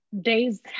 Days